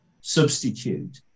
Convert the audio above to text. substitute